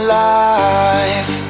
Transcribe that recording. life